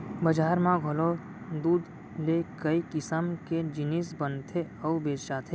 बजार म घलौ दूद ले कई किसम के जिनिस बनथे अउ बेचाथे